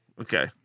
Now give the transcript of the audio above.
Okay